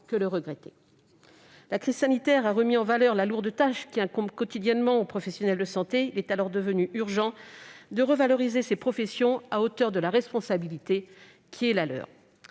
que le regretter. La crise sanitaire a de nouveau illustré la lourde tâche qui incombe quotidiennement aux professionnels de santé. Il est devenu urgent de revaloriser ces professions à la hauteur de la responsabilité qui est la leur.